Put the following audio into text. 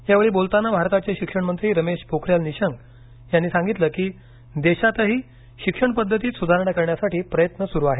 यावेळी बोलताना भारताचे शिक्षण मंत्री रमेश पोखरियाल निशंक यांनी सांगितलं की देशातही शिक्षण पद्धतीत सुधारणा करण्यासाठी प्रयत्न सुरू आहेत